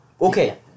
Okay